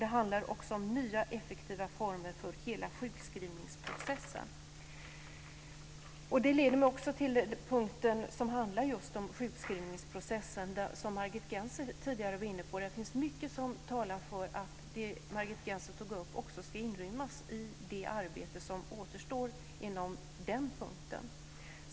Det handlar också om nya effektiva former för hela sjukskrivningsprocessen. Det leder mig också till den punkt som handlar just om sjukskrivningsprocessen, som Margit Gennser tidigare var inne på. Det är mycket som talar för att det som Margit Gennser tog upp också ska inrymmas i det arbete som återstår inom den punkten.